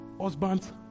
husbands